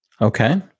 Okay